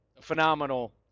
phenomenal